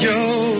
Joe